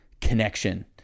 connection